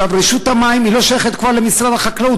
עכשיו, רשות המים כבר לא שייכת למשרד החקלאות.